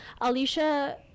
Alicia